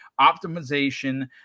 optimization